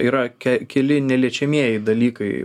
yra ke keli neliečiamieji dalykai